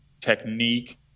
technique